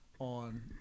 On